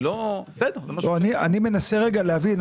אני מנסה להבין.